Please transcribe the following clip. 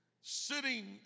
sitting